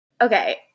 Okay